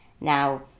Now